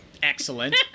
Excellent